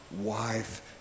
wife